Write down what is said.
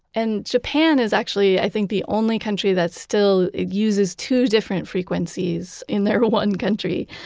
and japan is actually, i think, the only country that still uses two different frequencies in their one country.